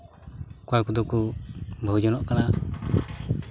ᱚᱠᱚᱭ ᱠᱚᱫᱚ ᱠᱚ ᱵᱟᱹᱦᱩ ᱡᱚᱝᱚᱜ ᱠᱟᱱᱟ